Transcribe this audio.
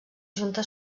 junta